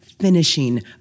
finishing